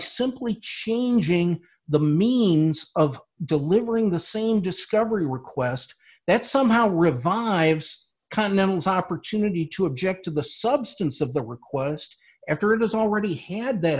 simply changing the means of delivering the same discovery request that somehow revive continentals opportunity to object to the substance of the request after it has already had that